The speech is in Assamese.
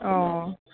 অঁ